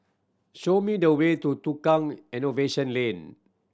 show me the way to Tukang Innovation Lane